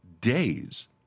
days